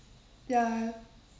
ya